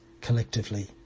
collectively